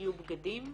שיהיו בגדים,